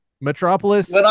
Metropolis